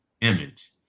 image